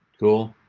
cool.